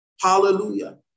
Hallelujah